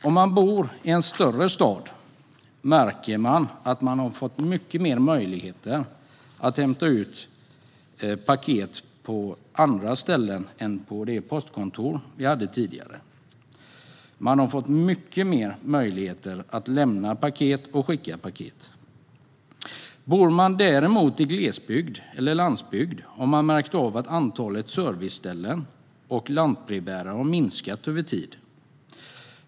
Om man bor i en större stad märker man att man har fått många fler möjligheter att hämta ut paket på andra ställen än de postkontor vi hade tidigare. Man har fått många fler möjligheter att lämna paket och skicka paket. Bor man däremot i glesbygd eller på landsbygd har man märkt att antalet serviceställen och lantbrevbärare har minskat över tid.